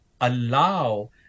allow